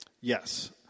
Yes